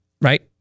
right